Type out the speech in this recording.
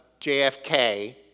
JFK